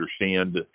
understand